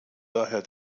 daher